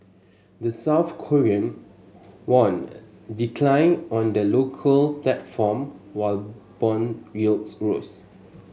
the South Korean won declined on the local platform while bond yields rose